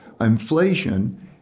inflation